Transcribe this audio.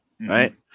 right